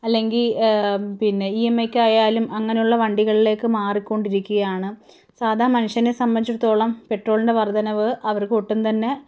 അല്ലെങ്കിൽ പിന്നെ E M ഐക്ക് ആയാലും അങ്ങനുള്ള വണ്ടികളിലേക്ക് മാറിക്കൊണ്ടിരിക്കുകയാണ് സാധാരണ മനുഷ്യനെ സംബന്ധിച്ചെടുത്തോളം പെട്രോളിൻ്റെ വർധനവ് അവർക്ക് ഒട്ടും തന്നെ